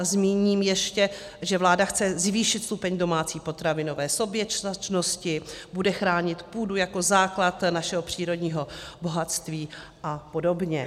Zmíním ještě, že vláda chce zvýšit stupeň domácí potravinové soběstačnosti, bude chránit půdu jako základ našeho přírodního bohatství a podobně.